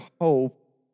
hope